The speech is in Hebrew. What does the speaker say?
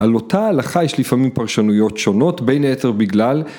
‫על אותה ההלכה יש לפעמים ‫פרשנויות שונות, בין היתר בגלל.